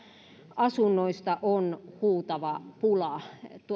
asunnoista on huutava pula